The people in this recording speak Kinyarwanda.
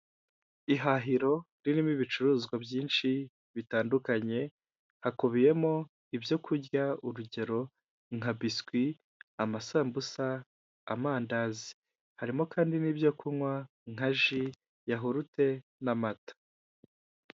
Ihahiro ririmo ibicuruzwa byinshi bitandukanye, hakubiyemo ibyoku kurya urugero nka biswi, amasambusa, amandazi harimo kandi n'ibyo kunywa nka ji, yahurute n'amata.